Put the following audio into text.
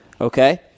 Okay